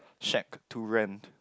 shack to rent